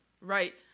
Right